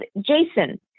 Jason